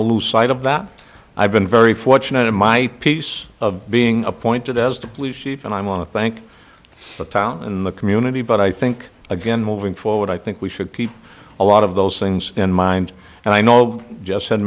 to lose sight of that i've been very fortunate in my piece of being appointed as the police chief and i want to thank the town in the community but i think again moving forward i think we should keep a lot of those things in mind and i know j